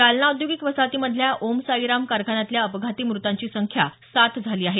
जालना औद्योगिक वसाहतीमधल्या ओम साईराम कारखान्यातल्या अपघाती मृतांची संख्या सात झाली आहे